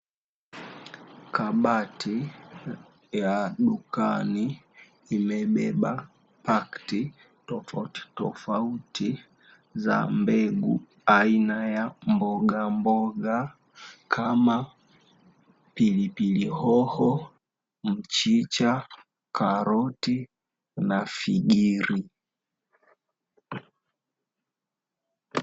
Kabati ya dukani imebeba pakiti tofauti tofauti za mbegu aina ya mboga mboga kama; pilipili hoho, mchicha, karoti na figiri.